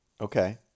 Okay